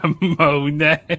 Monet